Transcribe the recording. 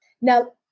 Now